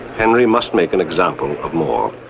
henry must make an example of moore.